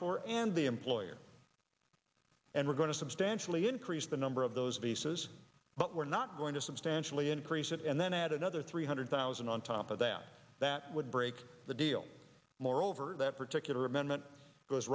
for and the employer and we're going to substantially increase the number of those visas but we're not going to substantially increase it and then add another three hundred thousand on top of that that would break the deal moreover that particular amendment goes